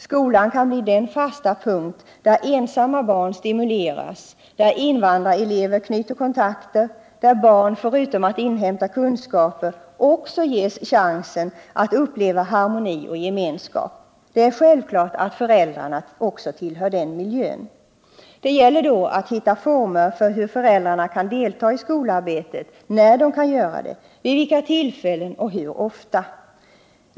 Skolan kan bli den fasta punkt där ensamma barn stimuleras, där invandrarbarn knyter kontakter och där barn förutom att inhämta kunskaper också ges chansen att uppleva harmoni och gemenskap. Det är självklart att även föräldrarna tillhör den miljön. Det gäller då att hitta former för hur föräldrarna kan delta i skolarbetet, när de kan göra det, vid vilka tillfällen och hur ofta.